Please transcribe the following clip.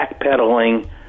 backpedaling